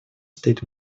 стоит